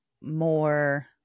more